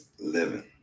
living